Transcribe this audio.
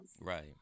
Right